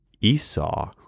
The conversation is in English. Esau